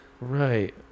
Right